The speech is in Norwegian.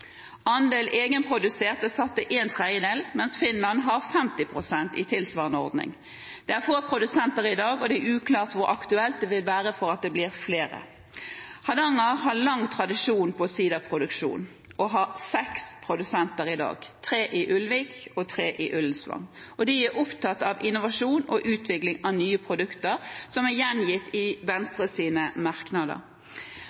Andel egenprodusert er satt til en tredjedel, mens Finland har 50 pst. i tilsvarende ordning. Det er få produsenter i dag, og det er uklart hvor aktuelt det vil være at det blir flere. Hardanger har lang tradisjon med siderproduksjon og har seks produsenter i dag: tre i Ulvik og tre i Ullensvang. De er opptatt av innovasjon og utvikling av nye produkter, slik det er gjengitt i